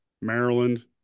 Maryland